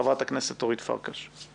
חברת הכנסת אורית פרקש הכהן, בבקשה.